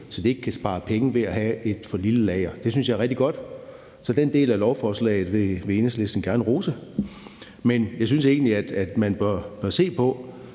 et mindre lager end til 81 dage, ikke kan det. Det synes jeg er rigtig godt, så den del af lovforslaget vil Enhedslisten gerne rose. Men jeg synes egentlig, at man bør se på,